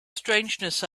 strangeness